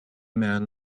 men